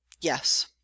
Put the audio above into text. yes